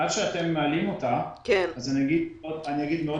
שאתם מעלים את המצגת אגיד בקצרה